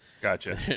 Gotcha